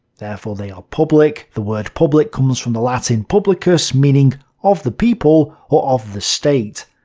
therefore they are public. the word public comes from the latin publicus, meaning of the people or of the state.